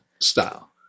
style